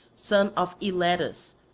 son of eilatus,